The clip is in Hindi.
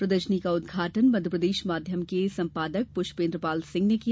प्रदर्शनी का उदघाटन मध्यप्रदेश माध्यम के संपादक पुष्पेन्द्र पाल सिंह ने किया